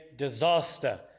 disaster